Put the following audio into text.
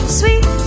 sweet